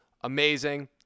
amazing